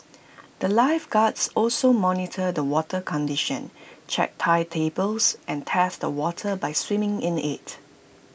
the lifeguards also monitor the water condition check tide tables and test the water by swimming in IT